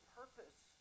purpose